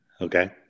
Okay